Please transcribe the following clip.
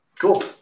Cool